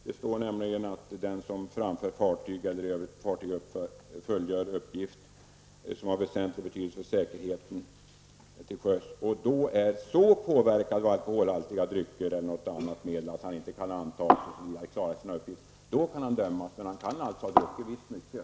Där står det, att är den som framför fartyg eller eljest på fartyg fullgör uppgift av väsentlig betydelse för säkerheten till sjöss så påverkad av alkoholhaltiga drycker eller annat berusningsmedel att det måste antas att han inte kan klara sina uppgifter, kan han dömas. En person kan alltså ha druckit mycket.